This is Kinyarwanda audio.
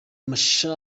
machar